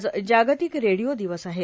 आज जागतिक रेडियो दिवस आहे